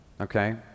Okay